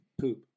poop